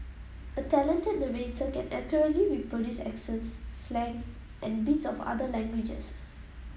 a talented narrator can accurately reproduce accents slang and bits of other languages